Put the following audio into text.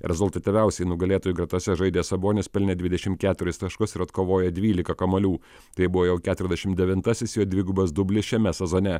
rezultatyviausiai nugalėtojų gretose žaidęs sabonis pelnė dvidešimt keturis taškus ir atkovojo dvylika kamuolių tai buvo jau keturiasdešimt devintas is jo dvigubas dublis šiame sezone